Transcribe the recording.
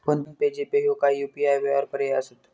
phone पे, GPay ह्यो काही UPI व्यवहार पर्याय असत